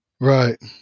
Right